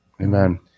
Amen